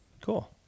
Cool